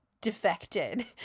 defected